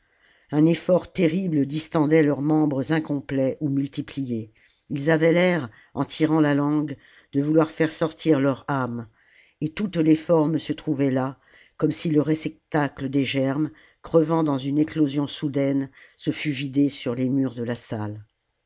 un effort terrible distendait leurs membres incomplets ou multipliés lis avaient l'air en tirant la langue de vou salammbô loir faire sortir leur âme et toutes les formes se trouvaient là comme si le réceptacle des germes crevant dans une éclosion soudaine se fût vidé sur les murs de la salle